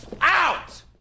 out